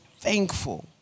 thankful